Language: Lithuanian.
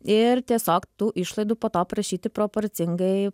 ir tiesiog tų išlaidų po to prašyti proporcingai